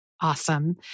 Awesome